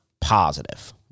positive